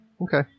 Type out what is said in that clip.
Okay